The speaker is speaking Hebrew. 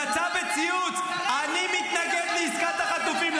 יצא בציוץ: אני מתנגד לעסקת החטופים.